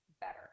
better